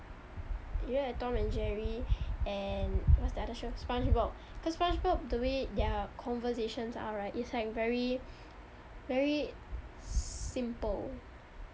you look at tom and jerry and what's the other show spongebob cause spongebob from the way their conversations are right is like very very simple